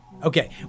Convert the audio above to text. okay